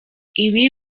ibi